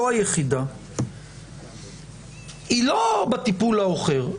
לא היחידה היא לא בטיפול העוכר,